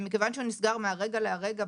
מכיוון שהוא נסגר מהרגע להרגע,